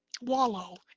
wallow